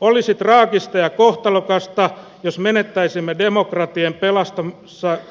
olisi traagista ja kohtalokasta jos menettäisimme demokratian